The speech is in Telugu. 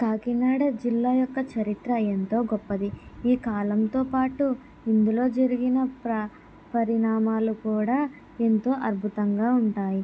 కాకినాడ జిల్లా యొక్క చరిత్ర ఎంతో గొప్పది ఈ కాలంతో పాటు ఇందులో జరిగిన ప్ర పరిణామాలు కూడా ఎంతో అద్భుతంగా ఉంటాయి